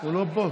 הוא לא פה?